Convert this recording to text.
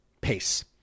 pace